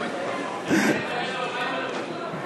מתי יוצאים לפגרת בחירות?